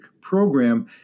program